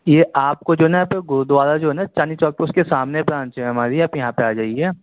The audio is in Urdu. یہ آپ کو جو ہے نا سر گرودوارہ جو ہے نا چاندنی چوک پہ اس کے سامنے برانچ ہے ہماری آپ یہاں پہ آ جائیے